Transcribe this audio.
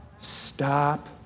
stop